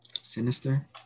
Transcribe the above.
Sinister